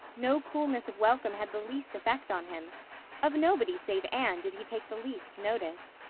no coolness of welcome had the least effect on him of nobody save anne did he take the least notice.